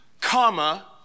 comma